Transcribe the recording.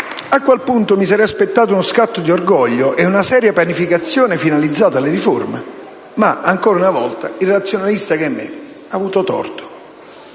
a quel punto mi sarei aspettato uno scatto di orgoglio e una seria pianificazione finalizzata alle riforme, ma ancora una volta il razionalista che è in me ha avuto torto.